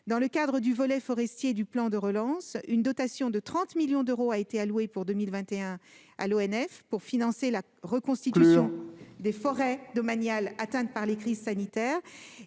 dans le cadre du volet forestier du plan de relance, une dotation de 30 millions d'euros a été allouée pour 2021 à l'ONF afin de financer la reconstitution des forêts domaniales atteintes par les crises sanitaires.